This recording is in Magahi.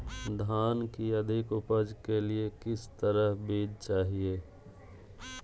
धान की अधिक उपज के लिए किस तरह बीज चाहिए?